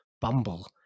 bumble